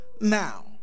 now